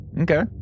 okay